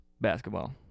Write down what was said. basketball